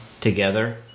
together